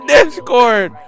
Discord